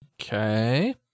Okay